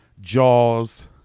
jaws